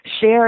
share